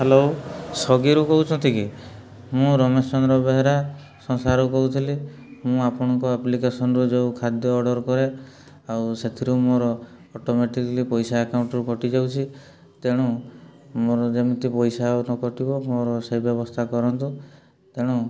hello ସ୍ଵିଗିରୁ କହୁଛନ୍ତି କି ମୁଁ ରମେଶ ଚନ୍ଦ୍ର ବେହେରା ସଂସାରୁ କହୁଥିଲି ମୁଁ ଆପଣଙ୍କ ଆପ୍ଲିକେସନରୁ ଯେଉଁ ଖାଦ୍ୟ ଅର୍ଡ଼ର୍ କରେ ଆଉ ସେଥିରୁ ମୋର ଅଟୋମେଟିକଲି ପଇସା ଆକାଉଣ୍ଟରୁ କଟିଯାଉଛି ତେଣୁ ମୋର ଯେମିତି ପଇସା ଆଉ ନ କଟିବ ମୋର ସେ ବ୍ୟବସ୍ଥା କରନ୍ତୁ ତେଣୁ